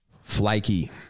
Flaky